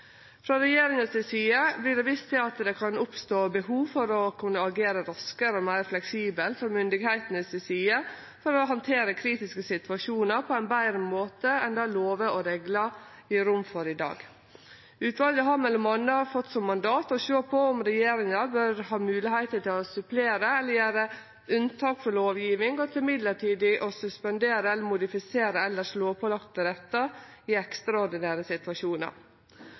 Frå regjeringa si side vert det vist til at det kan oppstå behov for å kunne agere raskare og meir fleksibelt frå myndigheitene si side for å handtere kritiske situasjonar på ein betre måte enn det lovar og reglar gjev rom for i dag. Utvalet har m.a fått som mandat å sjå på om regjeringa bør ha moglegheiter til å supplere eller gjere unntak frå lovgjeving og til midlertidig å suspendere eller modifisere elles lovpålagte rettar i ekstraordinære situasjonar.